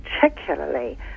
particularly